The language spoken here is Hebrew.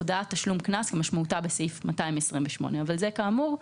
הודעת קנס כמשמעותה בסעיף 228. כאמור,